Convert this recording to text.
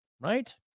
right